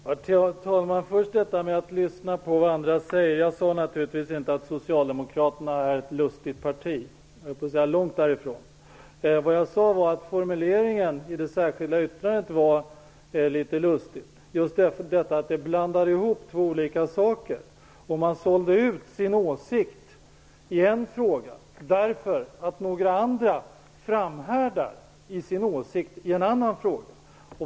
Herr talman! Först detta med att lyssna på vad andra säger. Jag sade naturligtvis inte att Socialdemokraterna är ett lustigt parti, långt därifrån. Vad jag sade var att formuleringen i det särskilda yttrandet var litet lustig. Man blandar ihop två olika saker. Man säljer ut sin åsikt i en fråga därför att några andra framhärdar i sin åsikt i en annan fråga.